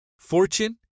Fortune